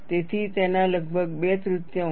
તેથી તેના લગભગ બે તૃતીયાંશ